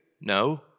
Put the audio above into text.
No